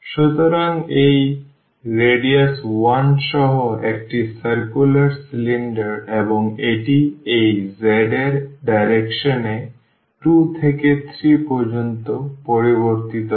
সুতরাং এটি রেডিয়াস 1 সহ একটি circular সিলিন্ডার এবং এটি এই z এর ডাইরেকশন এ 2 থেকে 3 পর্যন্ত পরিবর্তিত হয়